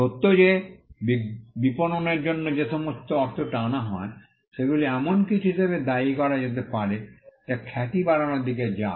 সত্য যে বিপণনের জন্য যে সমস্ত অর্থ টানা হয় সেগুলি এখন এমন কিছু হিসাবে দায়ী করা যেতে পারে যা খ্যাতি বাড়ানোর দিকে যায়